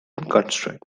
constrained